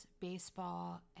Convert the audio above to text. baseball